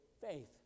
faith